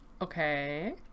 Okay